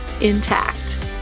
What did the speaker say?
intact